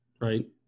right